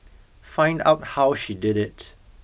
find out how she did it